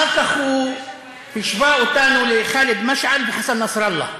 אחר כך הוא השווה אותנו לח'אלד משעל וחסן נסראללה,